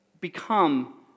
become